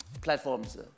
platforms